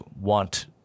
want